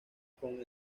con